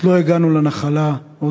עוד לא הגענו למנוחה ולנחלה,